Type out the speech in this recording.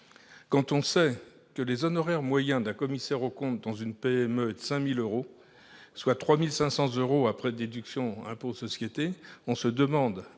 Quand on sait que les honoraires moyens d'un commissaire aux comptes dans une PME sont de 5 000 euros, soit 3 500 euros après déduction de l'impôt sur les sociétés, on se demande,